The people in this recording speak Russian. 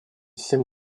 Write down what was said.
всем